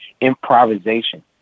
improvisation